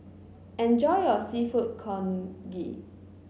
enjoy your seafood Congee